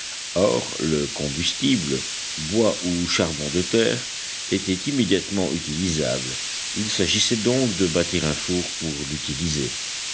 or le combustible bois ou charbon de terre était immédiatement utilisable il s'agissait donc de bâtir un four pour l'utiliser